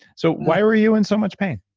so why were you in so much pain?